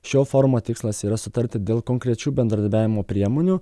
šio forumo tikslas yra sutarti dėl konkrečių bendradarbiavimo priemonių